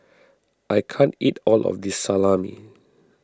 I can't eat all of this Salami